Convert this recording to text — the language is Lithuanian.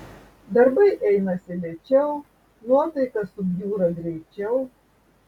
darbai einasi lėčiau nuotaika subjūra greičiau